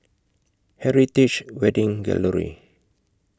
Heritage Wedding Gallery